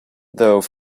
though